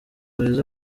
beza